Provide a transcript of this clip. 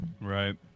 Right